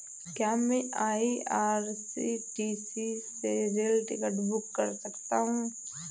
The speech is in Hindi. क्या मैं आई.आर.सी.टी.सी से रेल टिकट बुक कर सकता हूँ?